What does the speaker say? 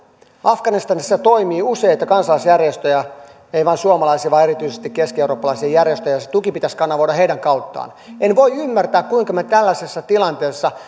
afganistanissa toimii useita kansalaisjärjestöjä ei vain suomalaisia vaan erityisesti keskieurooppalaisia järjestöjä ja se tuki pitäisi kanavoida heidän kauttaan en voi ymmärtää kuinka me tällaisessa tilanteessa